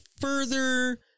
further